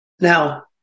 Now